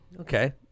okay